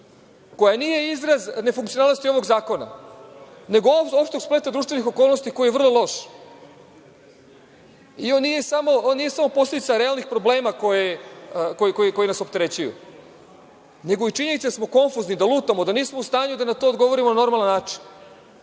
koja nije izraz nefunkcionalnosti ovog zakona, nego opšteg spleta društvenih okolnosti koji je vrlo loš. On nije samo posledica realnih problema koji nas opterećuju, nego i činjenice da smo konfuzni, da lutamo, da nismo u stanju da na to odgovorimo na normalan način.